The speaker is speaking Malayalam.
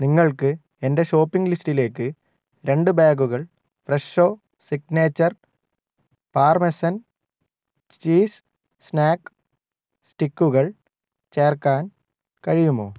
നിങ്ങൾക്ക് എന്റെ ഷോപ്പിംഗ് ലിസ്റ്റിലേക്ക് രണ്ട് ബാഗുകൾ Fresho signature parmesan cheese snack സ്റ്റിക്കുകൾ ചേർക്കാൻ കഴിയുമോ